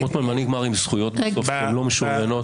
מה נגמר עם זכויות לא משוריינות?